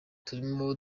turimo